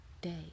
day